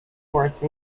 force